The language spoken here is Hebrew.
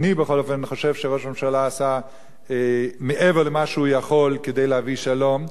אני בכל אופן חושב שראש הממשלה עשה מעבר למה שהוא יכול כדי להביא שלום,